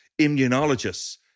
immunologists